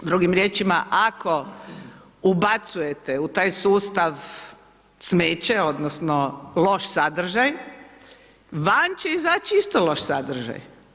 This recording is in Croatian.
Drugim riječima ako ubacujete u taj sustav smeće, odnosno loš sadržaj, van će izaći isto loš sadržaj.